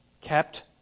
kept